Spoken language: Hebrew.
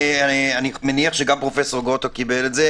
ואני מניח שגם פרופ' גרוטו קיבל אותו.